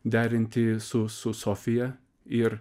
derinti su su sofija ir